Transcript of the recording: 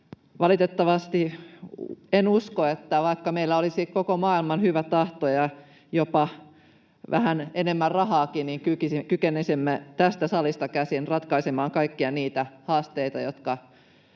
Valitettavasti en usko, että vaikka meillä olisi koko maailman hyvä tahto ja jopa vähän enemmän rahaakin, niin kykenisimme tästä salista käsin ratkaisemaan kaikkia niitä haasteita, jotka